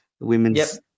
women's